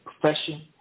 profession